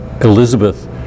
Elizabeth